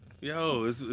Yo